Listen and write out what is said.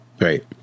Right